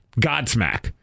Godsmack